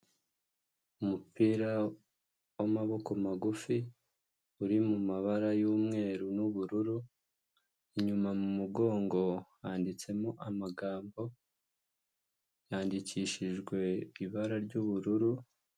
Umupira w'amaboko magufi uri mu mabara y'umweru n'ubururu, inyuma mu mugongo handitsemo amagambo yandikishijwe ibara ry'ubururu.